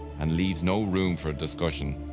and leaves no room for a discussion.